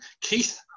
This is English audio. Keith